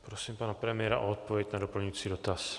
A prosím pana premiéra o odpověď na doplňující dotaz.